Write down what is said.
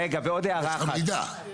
לא, יש לך מידע.